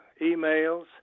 emails